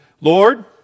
Lord